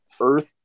Earth